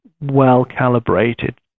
well-calibrated